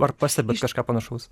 ar pastebit kažką panašaus